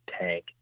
tank